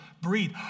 breathe